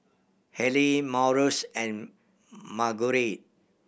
Haleigh Marius and Marguerite